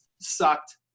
Sucked